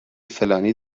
فلانی